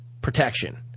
protection